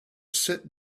sit